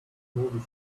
movie